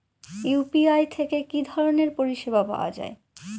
UPI থেকে কি ধরণের পরিষেবা পাওয়া য়ায়?